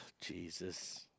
Jesus